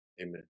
Amen